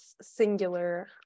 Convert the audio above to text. singular